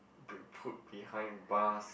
be put behind bars